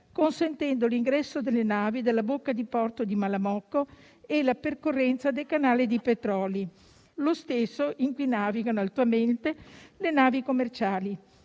consentendo l'ingresso delle navi dalla bocca di porto di Malamocco e la percorrenza del canale dei Petroli, lo stesso in cui navigano attualmente le navi commerciali.